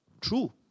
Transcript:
True